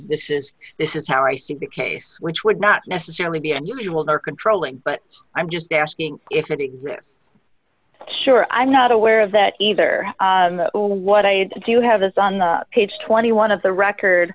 this is this is how i see the case which would not necessarily be unusual they're controlling but i'm just asking if they're being sure i'm not aware of that either what i do have is on the page twenty one of the record